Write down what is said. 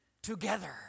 together